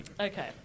okay